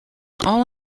all